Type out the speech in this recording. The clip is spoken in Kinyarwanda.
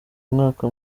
umwaka